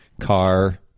car